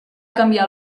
canviar